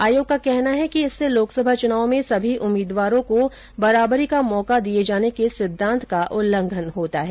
आयोग का कहना है कि इससे लोकसभा चुनावों में सभी उम्मीदवारों को बराबरी का मौका दिये जाने के सिद्वांत का उल्लंघन होता है